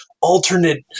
alternate